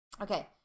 Okay